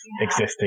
existing